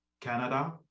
Canada